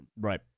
Right